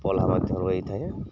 ମାଧ୍ୟମରୁ ହେଇଥାଏ